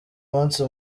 munsi